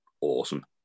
awesome